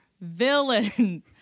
villain